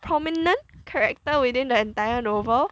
prominent character within the entire novel